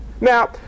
Now